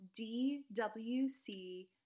dwc